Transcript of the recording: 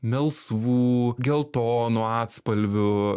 melsvų geltonų atspalvių